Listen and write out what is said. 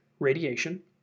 radiation